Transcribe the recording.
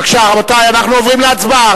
בבקשה, רבותי, אנחנו עוברים להצבעה.